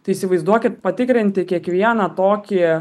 tai įsivaizduokit patikrinti kiekvieną tokį